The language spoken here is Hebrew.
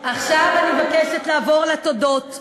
חברים, עכשיו באמת התודות.